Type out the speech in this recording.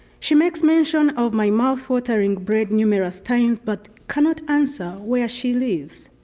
she makes mention of my mouth-watering bread numerous times but cannot answer where she lives.